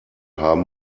haben